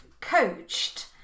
coached